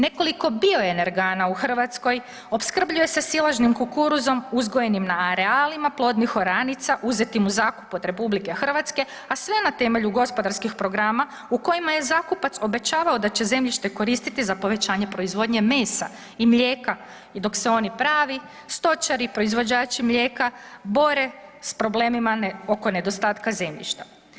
Nekoliko bioenergana u Hrvatskoj opskrbljuje se silažnim kukuruzom uzgojenim na arealima plodnih oranica uzetim u zakup od RH, a sve na temelju gospodarskih programa u kojima je zakupac obećavao da će zemljište koristiti za povećanje proizvodnje mesa i mlijeka i dok se oni pravi stočari proizvođači mlijeka bore s problemima oko nedostatka zemljišta.